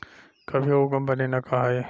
कभियो उ कंपनी ना कहाई